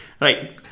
Right